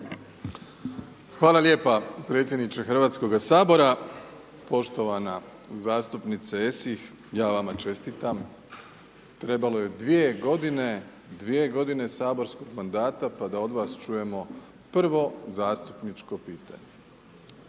Hvala lijepa predsjedniče Hrvatskoga sabora, poštovana zastupnice Esih ja vama čestitam. Trebalo je dvije godine, dvije godine saborskog mandata pa da od vas čujemo prvo zastupničko pitanje.